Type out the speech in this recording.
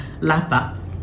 Lapa